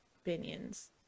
opinions